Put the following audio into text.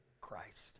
Christ